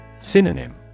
Synonym